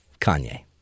Kanye